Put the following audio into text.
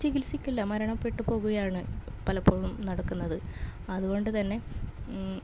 ചികിത്സിക്കില്ല മരണപ്പെട്ട് പോവുകയാണ് പലപ്പോഴും നടക്കുന്നത് അതുകൊണ്ട് തന്നെ